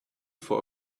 for